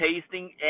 tasting